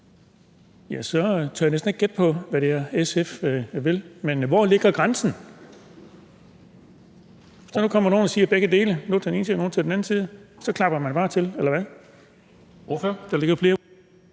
Jeg tør næsten ikke gætte på, hvad det er, SF vil. Men hvor ligger grænsen? Hvis nu der kommer nogen og siger begge dele – nogle til den ene side, nogle til den anden side – slår man bare til, eller hvad? Kl. 19:43 Formanden (Henrik